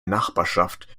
nachbarschaft